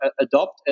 adopt